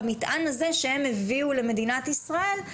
המטען הזה שהם הביאו למדינת ישראל,